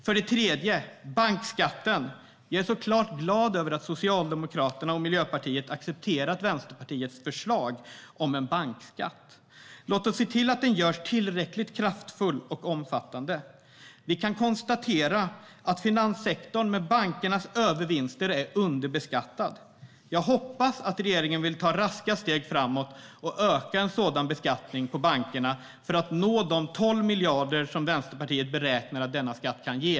För det tredje: Jag är såklart glad över att Socialdemokraterna och Miljöpartiet har accepterat Vänsterpartiets förslag om en bankskatt. Låt oss se till att den görs tillräckligt kraftfull och omfattande! Vi kan konstatera att finanssektorn, med bankernas övervinster, är underbeskattad. Jag hoppas att regeringen vill ta raska steg framåt och öka en sådan beskattning av bankerna, för att nå de 12 miljarder Vänsterpartiet beräknar att denna skatt kan ge.